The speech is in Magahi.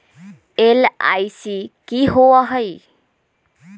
एल.आई.सी की होअ हई?